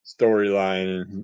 storyline